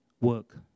work